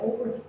over